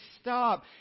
stop